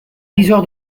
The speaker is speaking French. viseur